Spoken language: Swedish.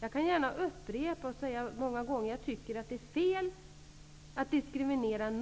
Jag kan gärna upprepa att jag tycker att det är fel att någon diskrimineras,